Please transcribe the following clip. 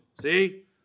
See